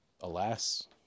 alas